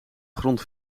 grond